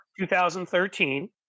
2013